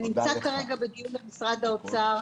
זה נמצא כרגע בדיון במשרד האוצר.